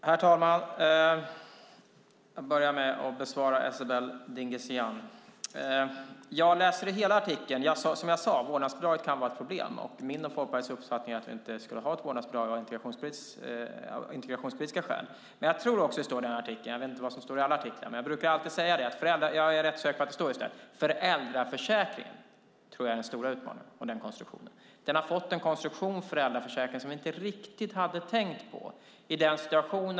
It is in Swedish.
Herr talman! Låt mig börja med att besvara Esabelle Dingizian. Jag sade att vårdnadsbidraget kan vara ett problem. Det är min och Folkpartiets uppfattning att vi inte ska ha ett vårdnadsbidrag av integrationspolitiska skäl. Jag vet inte vad som står i alla artiklar, men jag brukar alltid säga, och jag är rätt säker på att det står i den här också, att jag tror att föräldraförsäkringen är den stora utmaningen. Föräldraförsäkringen har fått en konstruktion som vi inte riktigt tänkte på.